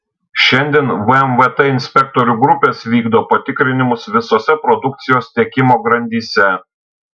šiandien vmvt inspektorių grupės vykdo patikrinimus visose produkcijos tiekimo grandyse